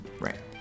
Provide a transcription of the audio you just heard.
Right